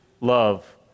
love